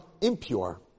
impure